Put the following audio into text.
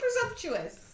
presumptuous